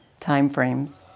timeframes